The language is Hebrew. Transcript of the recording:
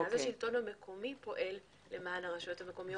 מרכז השלטון המקומי פועל למען הרשויות המקומי.